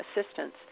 assistance